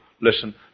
Listen